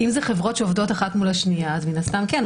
חברות שעובדות אחת מול השנייה, אז מין הסתם כן.